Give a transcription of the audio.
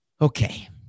Okay